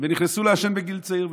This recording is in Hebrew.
ונכנסו לעשן בגיל צעיר.